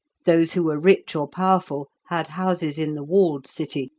those who were rich or powerful had houses in the walled city,